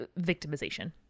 victimization